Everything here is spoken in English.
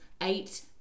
eight